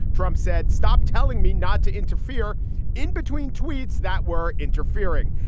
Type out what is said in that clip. trump said, stop telling me not to interfere in between tweets that were interfering.